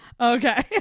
Okay